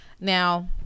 Now